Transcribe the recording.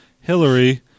Hillary